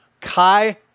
Kai